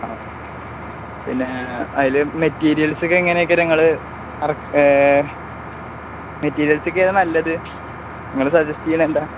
ആ പിന്നെ അതില് മെറ്റീരിയൽസൊക്കെ എങ്ങനെയൊക്കെയാണ് നിങ്ങള് മെറ്റീരിയൽസൊക്കെ ഏതാണ് നല്ലത് നിങ്ങള് സജസ്റ്റ് ചെയ്യുന്നതെന്താണ്